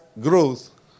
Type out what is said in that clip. growth